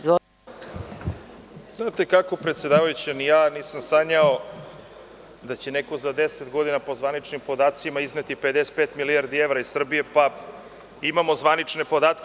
Znate kako, predsedavajuća, nisam sanjao da će neko za 10 godina, po zvaničnim podacima, izneti 55 milijardi evra iz Srbije, pa imamo zvanične podatke.